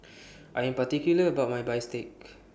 I Am particular about My Bistake